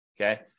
Okay